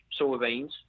soybeans